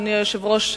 אדוני היושב-ראש,